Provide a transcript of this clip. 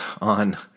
on